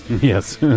Yes